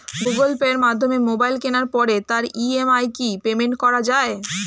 Google পের মাধ্যমে mobile কেনার পরে তার ই.এম.আই কি পেমেন্ট করা যায়?